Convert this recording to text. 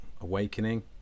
awakening